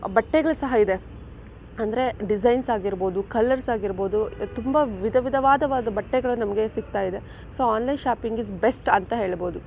ಬಟ್ಟೆಗಳು ಸಹ ಇದೆ ಅಂದರೆ ಡಿಸೈನ್ಸ್ ಆಗಿರ್ಬೋದು ಕಲರ್ಸ್ ಆಗಿರ್ಬೋದು ತುಂಬ ವಿಧ ವಿಧವಾದ ಬಟ್ಟೆಗಳು ನಮಗೆ ಸಿಗ್ತಾಯಿದೆ so online shopping is best ಅಂತ ಹೇಳ್ಬೋದು